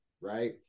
Right